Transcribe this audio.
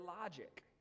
logic